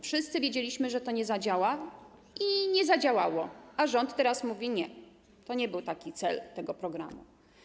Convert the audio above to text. Wszyscy wiedzieliśmy, że to nie zadziała i nie zadziałało, a rząd teraz mówi: nie, nie taki był cel tego programu.